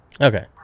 Okay